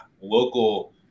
local